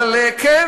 כן,